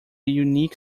unique